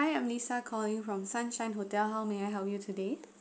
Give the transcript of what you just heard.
I am lisa calling from sunshine hotel how may I help you today